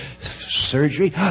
surgery